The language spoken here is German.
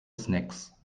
snacks